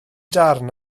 darn